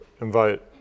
invite